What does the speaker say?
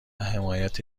حمایت